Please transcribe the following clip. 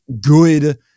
good